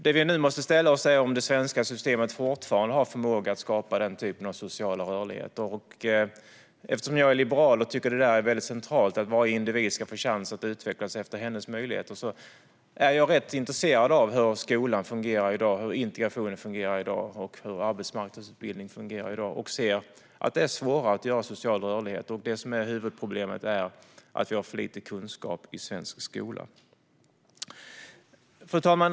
Det vi nu måste fråga oss är om det svenska systemet fortfarande har en förmåga att skapa den typen av social rörlighet. Eftersom jag är liberal och tycker att det är väldigt centralt att varje individ ska få chans att utvecklas utifrån sina möjligheter är jag rätt intresserad av hur skolan fungerar i dag, hur integrationen fungerar i dag och hur arbetsmarknadsutbildningen fungerar i dag. Jag ser att det är svårare att skapa social rörlighet. Det som är huvudproblemet är att vi har för lite kunskap i svensk skola. Fru talman!